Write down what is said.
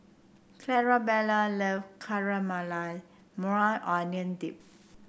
Clarabelle love Caramelized Maui Onion Dip